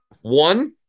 One